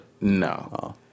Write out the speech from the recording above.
No